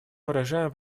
выражаем